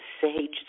sage